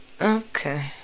Okay